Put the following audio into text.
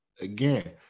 Again